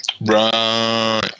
Right